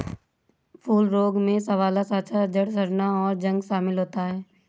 फूल रोग में साँवला साँचा, जड़ सड़ना, और जंग शमिल होता है